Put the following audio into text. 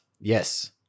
Yes